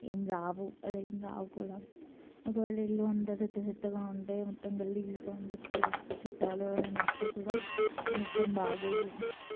ఏం రావు అలా ఏం రావు కూడా ఒకవేళ ఇల్లు అంతా చెత్త చెత్తగా ఉంటే మొత్తం గలీజ్గా ఉంటే చుట్టాలు ఎవరన్నా వస్తే కూడా మొత్తం బాగోదు